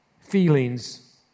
feelings